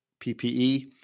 PPE